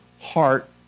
heart